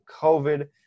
COVID